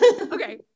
Okay